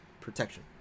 protection